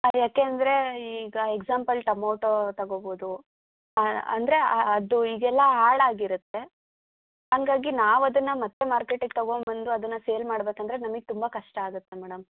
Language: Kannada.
ಅದು ಯಾಕೆಂದ್ರೆ ಈಗ ಎಗ್ಸಾಂಪಲ್ ಟಮೊಟೋ ತಗೋಬೋದು ಅಂದರೆ ಆ ಅದು ಈಗೆಲ್ಲ ಹಾಳಾಗಿರುತ್ತೆ ಹಂಗಾಗಿ ನಾವು ಅದನ್ನು ಮತ್ತೆ ಮಾರ್ಕೆಟಿಗೆ ತಗೊಂಬಂದು ಅದನ್ನು ಸೇಲ್ ಮಾಡಬೇಕಂದ್ರೆ ನಮಗ್ ತುಂಬ ಕಷ್ಟ ಆಗುತ್ತೆ ಮೇಡಮ್